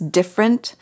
different